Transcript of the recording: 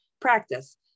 practice